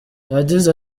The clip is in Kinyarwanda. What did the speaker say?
yagize